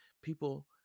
people